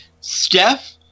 Steph